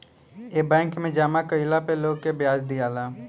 ए bank मे जामा कइला पे लोग के ब्याज दियाला